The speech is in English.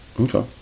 Okay